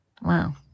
Wow